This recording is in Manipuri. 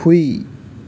ꯍꯨꯏ